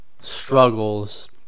struggles